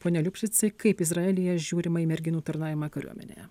pone liupšicai kaip izraelyje žiūrima į merginų tarnavimą kariuomenėje